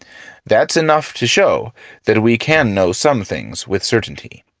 that's enough to show that we can know some things with certainty.